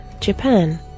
Japan